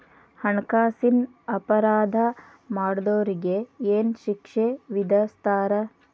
ಹಣ್ಕಾಸಿನ್ ಅಪರಾಧಾ ಮಾಡ್ದೊರಿಗೆ ಏನ್ ಶಿಕ್ಷೆ ವಿಧಸ್ತಾರ?